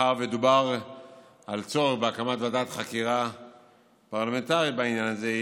מאחר שדובר על הצורך בהקמת ועדת חקירה פרלמנטרית בעניין הזה,